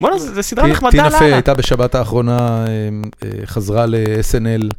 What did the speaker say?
בא'נה, זה סדרה נחמדה לאללה. טינה פיי הייתה בשבת האחרונה, חזרה ל-SNL.